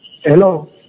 Hello